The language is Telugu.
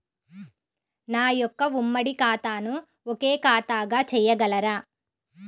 నా యొక్క ఉమ్మడి ఖాతాను ఒకే ఖాతాగా చేయగలరా?